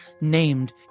named